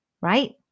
right